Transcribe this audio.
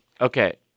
Okay